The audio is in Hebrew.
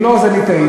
אם לא, אז אני טעיתי.